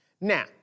Now